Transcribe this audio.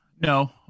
No